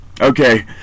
Okay